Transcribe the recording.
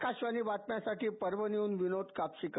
आकाशवाणी बातम्यांसाठी परभणीहन विनोद कापसीकर